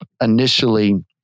initially